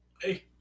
hey